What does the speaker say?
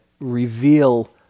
reveal